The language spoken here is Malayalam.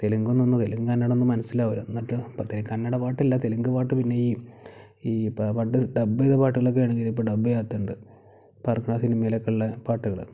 തെലുങ്കൊന്നും തെലുങ്കും കന്നഡയൊന്നും മനസ്സിലാവില്ല എന്നിട്ട് അപ്പോഴത്തെ കന്നഡ പാട്ടില്ല തെലുങ്കു പാട്ട് പിന്നെ ഈ ഈ പണ്ട് ഡബ് ചെയ്ത പാട്ടുകളൊക്കെ ആണെങ്കിൽ ഇതിൽ ഇപ്പം ഡബ് ചെയ്യത്തതുണ്ട് പാർക്കണ സിനിമയിലൊക്കെയുള്ള പാട്ടുകൾ